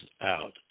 out